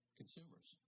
consumers